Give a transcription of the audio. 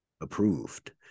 approved